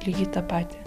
lygiai tą patį